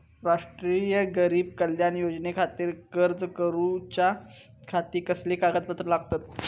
राष्ट्रीय गरीब कल्याण योजनेखातीर अर्ज करूच्या खाती कसली कागदपत्रा लागतत?